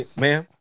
ma'am